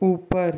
ऊपर